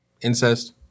incest